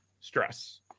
stress